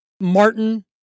Martin